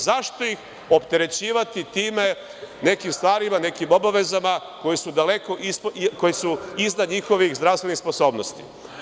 Zašto ih opterećivati nekim stvarima, nekim obavezama koje su daleko iznad njihovih zdravstvenih sposobnosti?